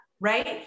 right